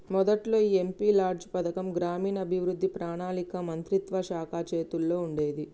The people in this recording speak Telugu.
మొదట్లో ఈ ఎంపీ లాడ్జ్ పథకం గ్రామీణాభివృద్ధి పణాళిక మంత్రిత్వ శాఖ చేతుల్లో ఉండేది